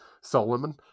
Solomon